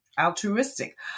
Altruistic